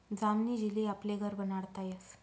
जामनी जेली आपले घर बनाडता यस